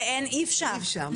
אי אפשר.